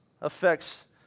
affects